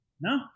No